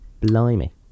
Blimey